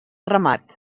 remat